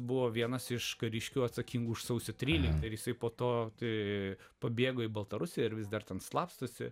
buvo vienas iš kariškių atsakingų už sausio tryliktą ir jisai po to tai pabėgo į baltarusiją ir vis dar ten slapstosi